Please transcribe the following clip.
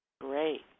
Great